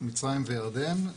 מצרים וירדן.